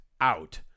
out